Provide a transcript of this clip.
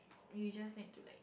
you just need to like